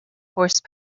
horse